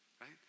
right